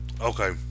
okay